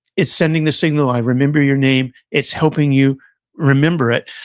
it's sending the signal, i remember your name, it's helping you remember it.